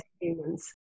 humans